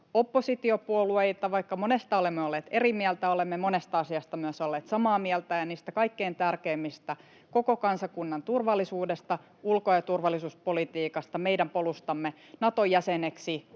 oppositiopuolueita. Vaikka monesta olemme olleet eri mieltä, olemme olleet monesta asiasta myös samaa mieltä, ja niistä kaikkein tärkeimmistä — koko kansakunnan turvallisuudesta, ulko- ja turvallisuuspolitiikasta, meidän polustamme Naton jäseneksi,